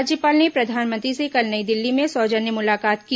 राज्यपाल ने प्रधानमंत्री से कल नई दिल्ली में सौजन्य मुलाकात की